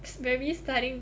maybe studying